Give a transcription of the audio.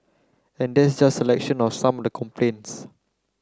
and that's just a selection of some of the complaints